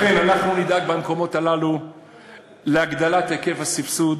לכן נדאג במקומות הללו להגדלת היקף הסבסוד